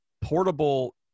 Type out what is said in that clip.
portable